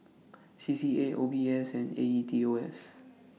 C C A O B S and A E T O S